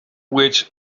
wits